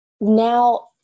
now